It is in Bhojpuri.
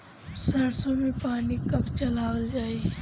सरसो में पानी कब चलावल जाई?